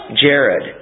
Jared